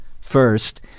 First